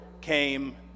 came